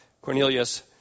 Cornelius